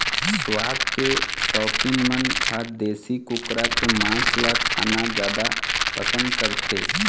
सुवाद के सउकीन मन ह देशी कुकरा के मांस ल खाना जादा पसंद करथे